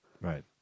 Right